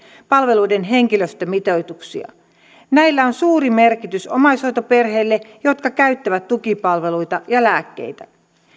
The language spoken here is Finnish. palveluiden henkilöstömitoituksia näillä on suuri merkitys omaishoitoperheille jotka käyttävät tukipalveluita ja lääkkeitä